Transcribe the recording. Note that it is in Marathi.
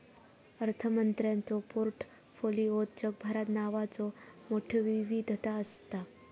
अर्थमंत्र्यांच्यो पोर्टफोलिओत जगभरात नावांचो मोठयो विविधता असता